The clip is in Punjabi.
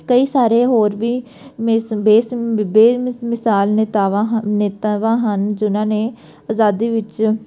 ਕਈ ਸਾਰੇ ਹੋਰ ਵੀ ਮਿਸ ਬੇਸ ਬੇ ਮਿ ਮਿਸਾਲ ਨੇਤਾਵਾਂ ਹ ਨੇਤਾਵਾਂ ਹਨ ਜਿਨ੍ਹਾਂ ਨੇ ਆਜ਼ਾਦੀ ਵਿੱਚ